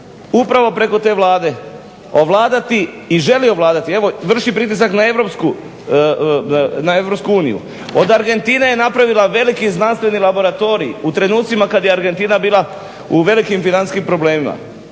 upravo preko te Vlade i želi ovladati, evo vrši pritisak na EU. Od Argentine je napravila veliki znanstveni laboratorij u trenucima kad je Argentina bila u velikim financijskim problemima.